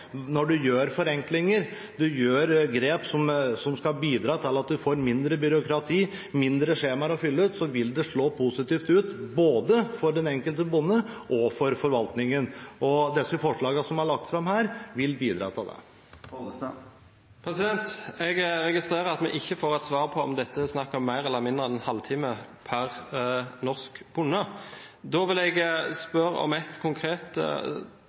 når man gjør forenklinger, når man gjør grep som skal bidra til å få mindre byråkrati, færre skjemaer å fylle ut, vil det slå positivt ut, både for den enkelte bonde og for forvaltningen. De forslagene som er lagt fram, vil bidra til det. Jeg registrerer at vi ikke får et svar på om dette er snakk om mer eller mindre enn en halvtime per norsk bonde. Da vil jeg spørre, i forbindelse med ett konkret